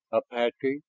apache,